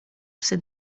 psy